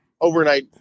overnight